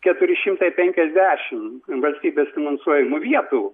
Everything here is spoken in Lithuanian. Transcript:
keturi šimtai penkiasdešimt valstybės finansuojamų vietų